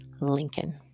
Lincoln